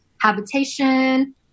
habitation